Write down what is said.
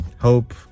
Hope